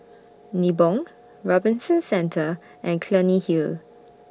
Nibong Robinson Centre and Clunny Hill